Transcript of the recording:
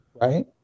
Right